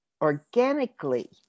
organically